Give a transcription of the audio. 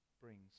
brings